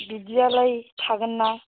बिदियालाय थागोन ना